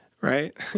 Right